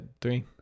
three